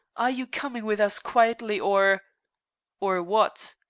are you coming with us quietly, or or what?